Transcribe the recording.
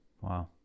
Wow